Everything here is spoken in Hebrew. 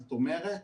זאת אומרת,